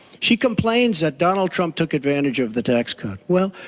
she complains that donald trump took advantage of the tax code. well,